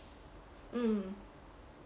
mm